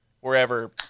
wherever